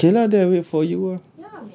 okay lah then I wait for you ah